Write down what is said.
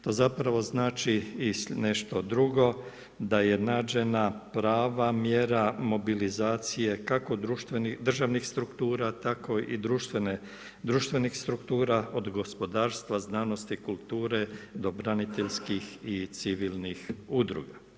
To zapravo znači i nešto drugo, da je nađena prava mjera mobilizacije kako državnih struktura tako i društvenih struktura od gospodarstva, znanosti, kulture do braniteljskih i civilnih udruga.